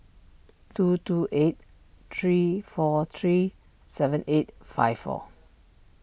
two two eight three four three seven eight five four